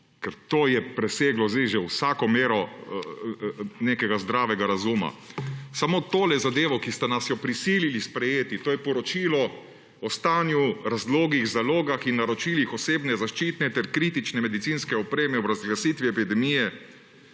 ker to je preseglo sedaj že vsako mero nekega zdravega razuma. Samo tole zadevo, ki ste nas jo prisili sprejeti, to je poročilo o stanju, razlogih, zalogah in naročilih osebne zaščitne ter kritične medicinske opreme ob razglasitvi epidemije